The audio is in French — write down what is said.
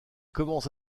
commence